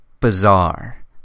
bizarre